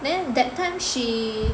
then that time she